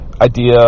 idea